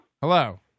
Hello